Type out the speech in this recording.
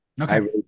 Okay